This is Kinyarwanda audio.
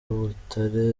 butare